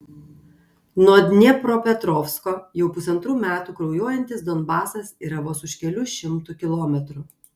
nuo dniepropetrovsko jau pusantrų metų kraujuojantis donbasas yra vos už kelių šimtų kilometrų